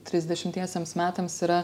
trisdešimtiesiems metams yra